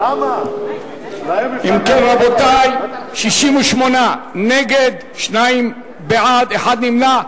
אם כן, רבותי, 68 נגד, שניים בעד, אחד נמנע.